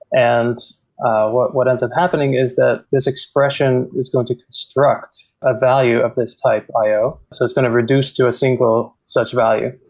and what what ends up happening is that this expression is going to struck a ah value of this type io, so it's going to reduce to a single such value,